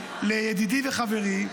לידידי וחברי,